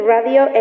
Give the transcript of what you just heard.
Radio